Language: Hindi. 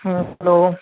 हाँ हेलो